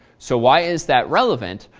so why is that relevant?